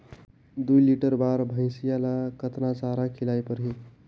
दुई लीटर बार भइंसिया ला कतना चारा खिलाय परही?